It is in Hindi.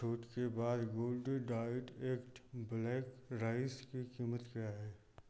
छूट के बाद गुड़डाईट ऐक्ट ब्लैक राइस की कीमत क्या है